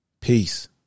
Peace